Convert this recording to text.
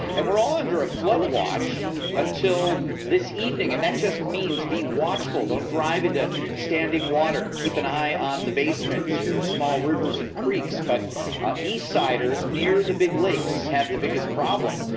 and we're all under a flood watch until this evening. and that just means be watchful. don't drive into standing water. keep an eye on the basements, your small rivers and creeks. but east siders, near the big lakes have the biggest problem.